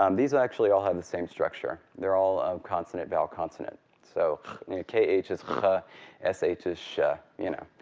um these actually all have the same structure. they're all consonant vowel consonant. so k, h is khuh. ah s, h is shuh. you know